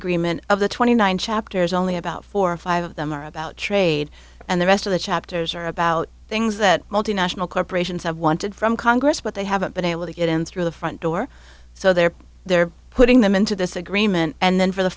agreement of the twenty nine chapters only about four or five of them are about trade and the rest of the chapters are about things that multinational corporations have wanted from congress but they haven't been able to get in through the front door so they're there putting them into this agreement and then for the